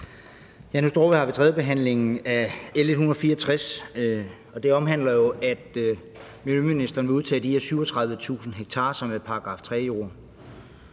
ved tredjebehandlingen af L 164, og det omhandler, at miljøministeren vil udtage de her 37.000 ha, som er § 3-jord.